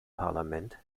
parlament